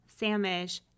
Samish